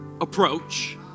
approach